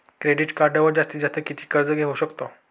Credit कार्डवर जास्तीत जास्त किती कर्ज घेऊ शकतो?